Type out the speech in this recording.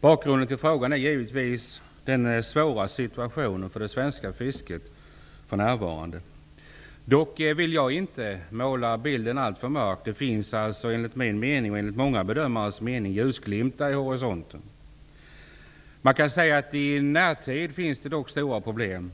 Bakgrunden till frågan är givetvis den svåra situationen för det svenska fisket som råder för närvarande. Jag vill dock inte måla bilden alltför mörkt. Enligt min och många bedömares mening finns det ljusglimtar vid horisonten. Man kan säga att det inom den närmaste tiden kommer att finnas stora problem.